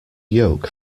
yolk